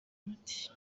umuti